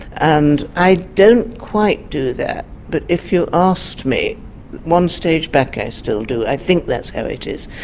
and i don't quite do that, but if you asked me one stage back i still do, i think that's how it is.